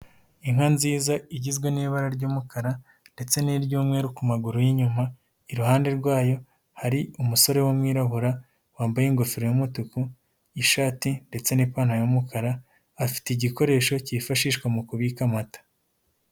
Inka nziza igizwe n'ibara ry'umukara ndetse n'iry'umweru ku maguru y'inyuma, iruhande rwayo hari umusore w'umwirabura wambaye ingofero y'umutuku, ishati ndetse n'ipantaro y'umukara, afite igikoresho cyifashishwa mu kubika amata.